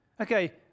Okay